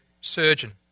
surgeon